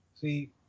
see